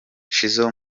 shizzo